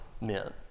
men